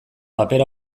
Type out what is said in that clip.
paper